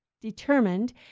determined